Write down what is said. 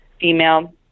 female